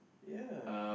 ya